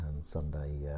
Sunday